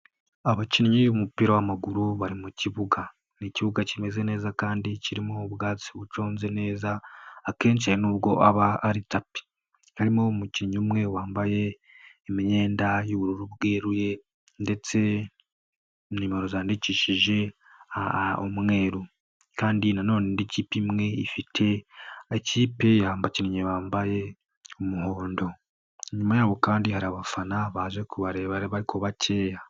abakinnyi b'umupira w'amaguru bari mu kibuga. Ni ikibuga kimeze neza kandi kirimo ubwatsi bucunze neza akenshi hari ubwo aba ari tapi. Harimo umukinnyi umwe wambaye imyenda y'ubururu bwerurutse ndetse nimero zandikishije umweru kandi na none indi kipe imwe ifite abakinnyi bambaye umuhondo nyuma yaho kandi hari abafana baje kubareba ariko bakeya.